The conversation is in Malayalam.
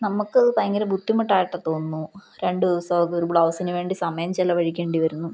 നമുക്കതു ഭയങ്കര ബുദ്ധിമുട്ടായിട്ടു തോന്നുന്നു രണ്ടു ദിവസമൊക്കെ ഒരു ബ്ലൗസിനുവേണ്ടി സമയം ചെലവഴിക്കേണ്ടി വരുന്നു